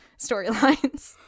storylines